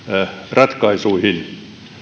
ratkaisuihin